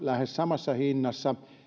lähes samassa hinnassa